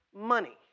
money